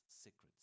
secrets